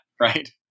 right